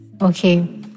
Okay